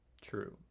True